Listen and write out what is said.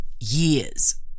Years